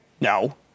No